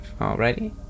Alrighty